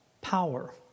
power